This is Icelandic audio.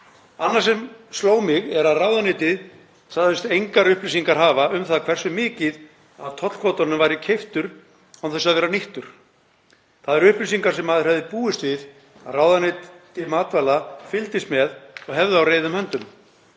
Annað sem sló mig er að ráðuneytið sagðist engar upplýsingar hafa um það hversu mikið af tollkvótanum væri keyptur án þess að vera nýttur. Það eru upplýsingar sem maður hefði búist við að ráðuneyti matvæla fylgdist með og hefði á reiðum höndum.